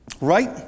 Right